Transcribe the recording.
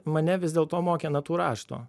mane vis dėl to mokė natų rašto